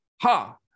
Ha